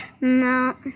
No